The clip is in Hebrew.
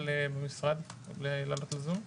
רק תקציר הפרקים, דובר על הזיהוי,